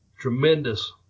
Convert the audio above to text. tremendous